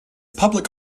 public